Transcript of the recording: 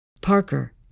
Parker